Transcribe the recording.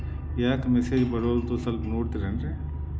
ಯಾಕೊ ಮೆಸೇಜ್ ಬರ್ವಲ್ತು ಸ್ವಲ್ಪ ನೋಡ್ತಿರೇನ್ರಿ?